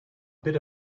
bit